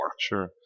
Sure